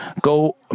go